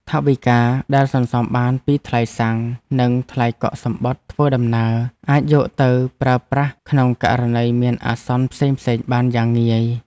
ថវិកាដែលសន្សំបានពីថ្លៃសាំង និងថ្លៃកក់សំបុត្រធ្វើដំណើរ អាចយកទៅប្រើប្រាស់ក្នុងករណីមានអាសន្នផ្សេងៗបានយ៉ាងងាយ។